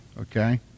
okay